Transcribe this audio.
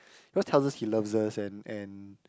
he always tells us he loves us and and